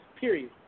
period